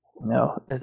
no